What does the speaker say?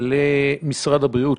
בטרור,